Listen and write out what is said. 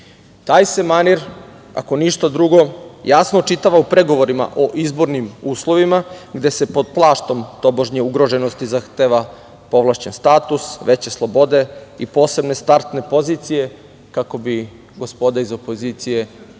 se manir, ako ništa drugo, jasno očitava u pregovorima o izbornim uslovima gde se pod plaštom tobožnje ugroženosti zahteva povlašćen status, veće slobode i posebne startne pozicije kako bi gospoda iz opozicije nas